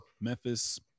Memphis